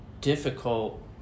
difficult